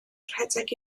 rhedeg